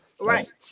right